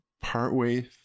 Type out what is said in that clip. partway